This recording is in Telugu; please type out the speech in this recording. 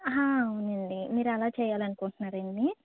అవునండి మీరు అలా చెయ్యాలని అనుకుంటున్నారాండి